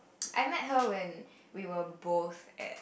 I met her when we were both at